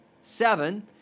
seven